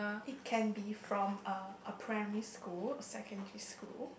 it can be from uh a primary school a secondary school